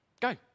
Go